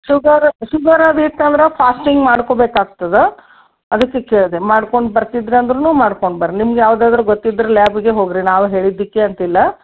sugar sugar ಅದು ಇತ್ತಂದ್ರೆ fasting ಮಾಡ್ಕೊಬೇಕಾಗ್ತದೆ ಅದಕ್ಕೆ ಕೇಳಿದೆ ಮಾಡ್ಕೊಂಡು ಬರ್ತಿದ್ರಂದ್ರೂ ಮಾಡ್ಕೊಂಡು ಬರ್ರಿ ನಿಮ್ಗೆ ಯಾವ್ದಾದ್ರೂ ಗೊತ್ತಿದ್ರೆ ಲ್ಯಾಬಿಗೇ ಹೋಗಿರಿ ನಾವು ಹೇಳಿದ್ದಕ್ಕೇ ಅಂತಿಲ್ಲ